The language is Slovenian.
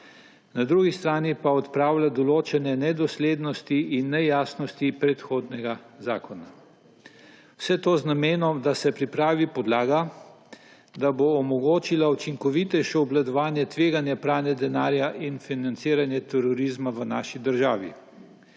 na drugi strani pa odpravlja določene nedoslednosti in nejasnosti predhodnega zakona. Vse to z namenom, da se pripravi podlaga, da se bo omogočilo učinkovitejše obvladovanje tveganja pranja denarja in financiranje terorizma v naši državi.